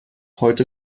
heute